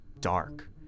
dark